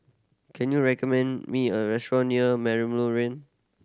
can you recommend me a restaurant near Merlimau